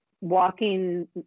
walking